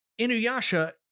Inuyasha